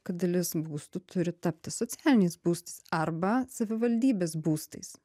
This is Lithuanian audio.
kad dalis būstų turi tapti socialiniais būstais arba savivaldybės būstais